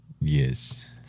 Yes